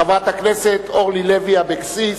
חברת הכנסת אורלי לוי אבקסיס,